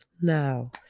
Now